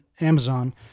Amazon